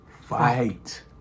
fight